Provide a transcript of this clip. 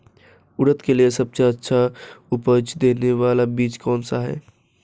उड़द के लिए सबसे अच्छा उपज देने वाला बीज कौनसा है?